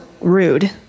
rude